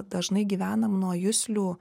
dažnai gyvenam nuo juslių